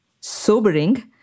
sobering